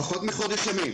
פחות מחודש ימים